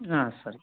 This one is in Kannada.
ಹಾಂ ಸರಿ